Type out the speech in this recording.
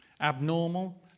abnormal